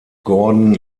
gordon